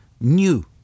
new